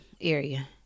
area